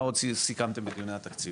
מה עוד סיכמתם בדיוני התקציב?